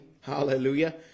Hallelujah